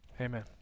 amen